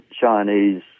Chinese